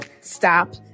stop